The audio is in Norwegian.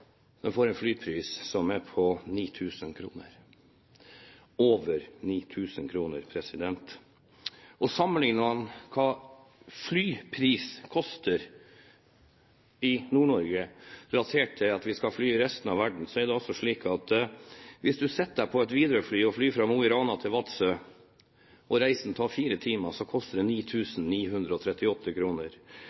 er på over 9 000 kr. Sammenligner man flyprisen i Nord-Norge med det å fly i resten av verden, er det altså slik at hvis du setter deg på et Widerøe-fly og flyr fra Mo i Rana til Vadsø og reisen tar fire timer, så koster det